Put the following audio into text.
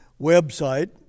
website